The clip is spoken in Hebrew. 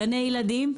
גני ילדים,